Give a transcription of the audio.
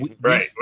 Right